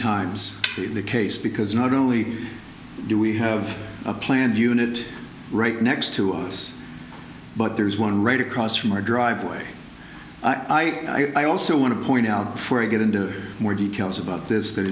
times in the case because not only do we have a planned unit right next to us but there's one right across from our driveway i also want to point out before i get into more details about this